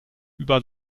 über